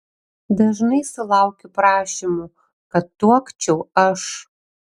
dažnai sulaukiu prašymų kad tuokčiau aš